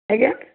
ଆଜ୍ଞା